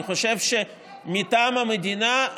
אני חושב שמטעם המדינה,